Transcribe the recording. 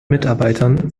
mitarbeitern